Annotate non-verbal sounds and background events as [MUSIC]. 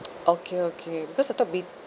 [NOISE] okay okay because I thought b